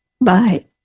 Bye